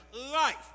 life